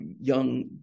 young